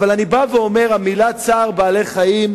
אבל אני אומר שהמלים "צער בעלי- חיים"